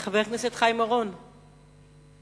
חבר הכנסת חיים אורון, תורך.